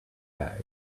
bag